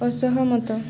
ଅସହମତ